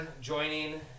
joining